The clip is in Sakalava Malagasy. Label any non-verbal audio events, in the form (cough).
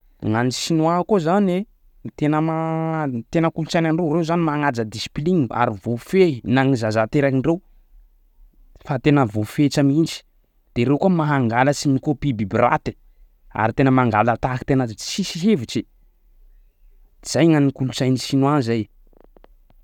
Ngany chinoix koa zany tena ma-tena kolotsaina ndreo reo zany magnaja discipline maro vofehy na ny zaza aterakindreo fa tena vofetsa mintsy de reo koa micopie bibraty ary tena mangalatahy tena tsisy hevitry zaigna ny kolotsaina ny chinoix zay (noise)